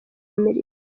amerika